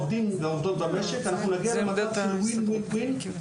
אנחנו נגיע למצב של win-win,